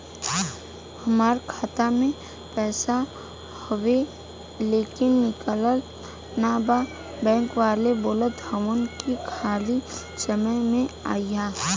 हमार खाता में पैसा हवुवे लेकिन निकलत ना बा बैंक वाला बोलत हऊवे की खाली समय में अईहा